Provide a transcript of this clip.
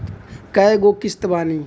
कय गो किस्त बानी?